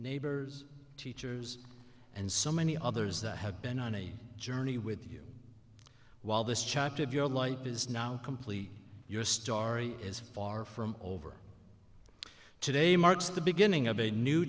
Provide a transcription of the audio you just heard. neighbors teachers and so many others that have been on a journey with you while this chapter of your life is now complete your story is far from over today marks the beginning of a new